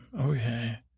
okay